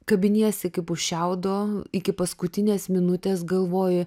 kabiniesi kaip už šiaudo iki paskutinės minutės galvoji